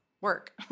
work